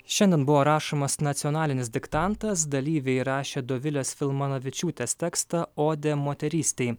šiandien buvo rašomas nacionalinis diktantas dalyviai rašė dovilės filmanavičiūtės tekstą odė moterystei